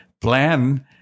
plan